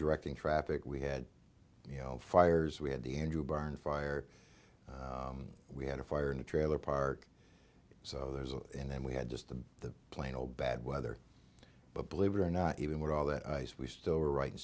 directing traffic we had you know fires we had the andrew burn fire we had a fire in the trailer park so there's a and then we had just the plain old bad weather but believe it or not even with all that ice we still